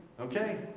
Okay